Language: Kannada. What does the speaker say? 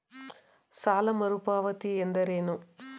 ಸಾಲ ಮರುಪಾವತಿ ಎಂದರೇನು?